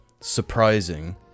surprising